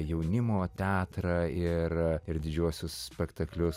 jaunimo teatrą ir ir didžiuosius spektaklius